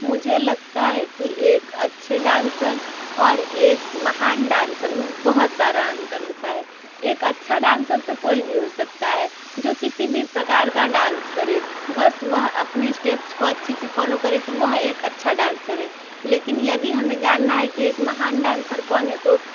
मुझे लगता है कि एक अच्छे डांसर और एक महान डांसर में बहुत सारा अंतर होता है एक अच्छा डांसर तो कोई भी हो सकता है जो किसी भी प्रकार का डांस करें बस वह अपने स्टेप्स को अच्छे से फॉलो करें तो वह एक अच्छा डांसर है लेकिन यदि हमें जानना है कि एक महान डांसर कौन है तो